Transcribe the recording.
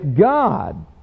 God